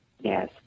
yes